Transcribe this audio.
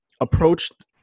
approached